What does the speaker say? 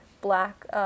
black